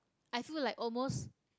I feel like almost